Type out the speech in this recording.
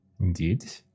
Indeed